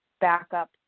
backup